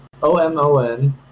OMON